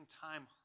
time